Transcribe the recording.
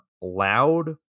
loud